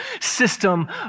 system